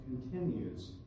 continues